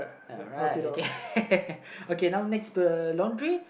ya right okay okay now next to the laundry